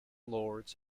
lords